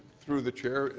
through the chair,